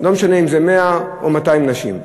לא משנה אם זה 100 או 200 נשים,